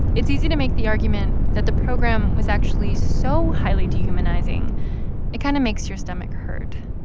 it's easy to make the argument that the program was actually so highly dehumanizing it kind of makes your stomach hurt.